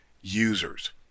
users